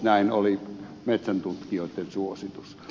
näin oli metsäntutkijoitten suositus